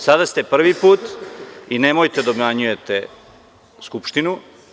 Sada ste prvi put i nemojte da obmanjujete Skupštinu.